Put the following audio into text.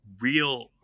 real